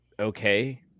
Okay